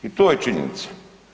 I to je činjenica.